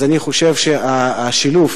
אני חושב שהשילוב,